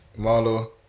Marlo